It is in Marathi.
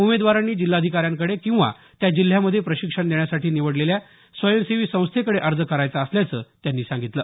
उमेदवारांनी जिल्हाधिकाऱ्यांकडे किंवा त्या जिल्ह्यामध्ये प्रशिक्षण देण्यासाठी निवडलेल्या स्वयंसेवी संस्थेकडे अर्ज करायचा असल्याचं त्यांनी सांगितलं